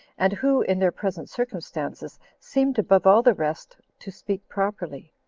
and who, in their present circumstances, seemed above all the rest to speak properly.